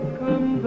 come